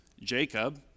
Jacob